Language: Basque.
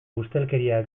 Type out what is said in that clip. ustelkeria